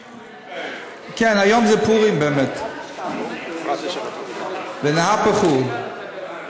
כן, היום זה פורים באמת, ונהפוך הוא.